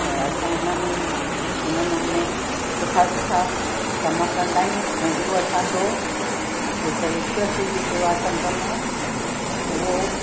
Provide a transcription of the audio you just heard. त असां हिन नमूने सुठा सुठा कमु कंदा आहियूं ऐं इहो असां जो जेको विश्व सिंधी सेवा संगम आहे उहो